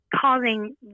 causing